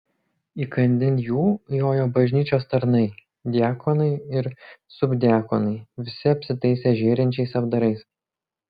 įkandin jų jojo bažnyčios tarnai diakonai ir subdiakonai visi apsitaisę žėrinčiais apdarais